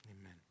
Amen